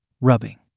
rubbing